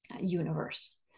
universe